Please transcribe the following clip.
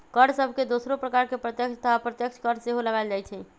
कर सभके दोसरो प्रकार में प्रत्यक्ष तथा अप्रत्यक्ष कर सेहो लगाएल जाइ छइ